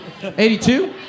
82